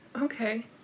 Okay